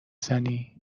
زنی